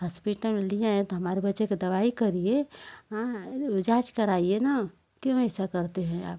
hospital लिए है तो हमारे बच्चे का दवाई करिए इलाज़ कराईए ना क्यों ऐसा करते हैं आप